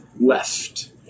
left